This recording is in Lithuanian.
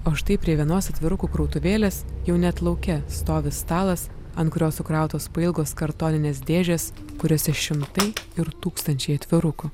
o štai prie vienos atvirukų krautuvėlės jau net lauke stovi stalas ant kurio sukrautos pailgos kartoninės dėžės kuriose šimtai ir tūkstančiai atvirukų